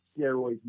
steroids